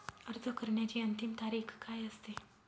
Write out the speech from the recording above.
अर्ज करण्याची अंतिम तारीख काय असते?